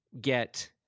get